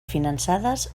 finançades